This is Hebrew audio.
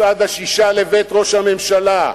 מצעד השישה לבית ראש הממשלה: